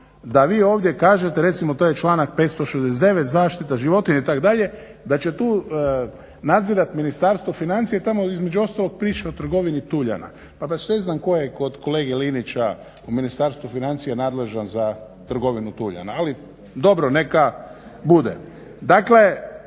da vi ovdje kažete, recimo to je članak 569. zaštita životinja itd., da će tu nadzirati Ministarstvo financija i tamo između ostalog piše o trgovini tuljana. Pa …/Govornik se ne razumije./… kojeg o kolege Linića u Ministarstvu financija nadležan za trgovinu tuljana. Ali dobro, neka bude. Dakle,